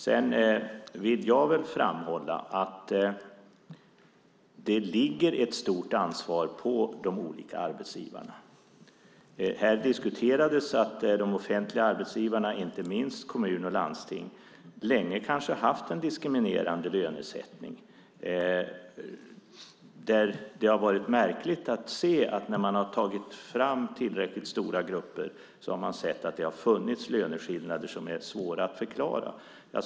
Sedan vill jag framhålla att det ligger ett stort ansvar på de olika arbetsgivarna. Här diskuterades det att de offentliga arbetsgivarna, inte minst kommuner och landsting, länge kanske hade haft en diskriminerande lönesättning. Det har varit märkligt att se att när man har tagit fram tillräckligt stora grupper har man sett att det har funnits löneskillnader som är svåra att förklara.